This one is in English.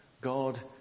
God